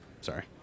Sorry